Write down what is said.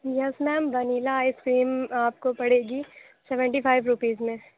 یس ma'am vanilla ice cream آپ کو پڑے گی سیونٹی فائو روپیز میں